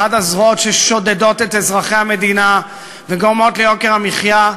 אחת הזרועות ששודדות את אזרחי המדינה וגורמות ליוקר המחיה,